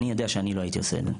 אני יודע שאני לא הייתי עושה את זה.